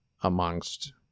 amongst